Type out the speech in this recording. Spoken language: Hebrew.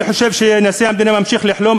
אני חושב שאם נשיא המדינה ממשיך לחלום,